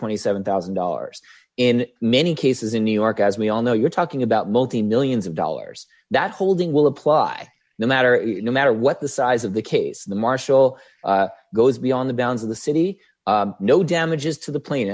twenty seven thousand dollars in many cases in new york as we all know you're talking about multimillions of dollars that holding will apply no matter no matter what the size of the case the marshal goes beyond the bounds of the city no damages to the pla